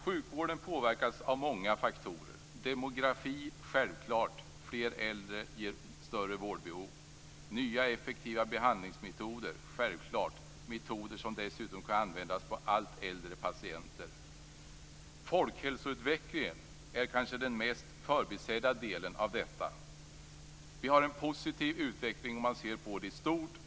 Sjukvården påverkas av många faktorer. Självklart påverkar demografin. Fler äldre ger större vårdbehov. Självklart påverkar också nya och effektiva behandlingsmetoder, metoder som dessutom kan användas på allt äldre patienter. Folkhälsoutvecklingen är kanske den mest förbisedda delen av detta. Vi har en positiv utveckling om man ser på detta i stort.